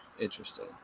Interesting